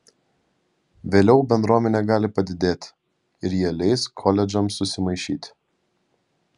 vėliau bendruomenė gali padidėti ir jie leis koledžams susimaišyti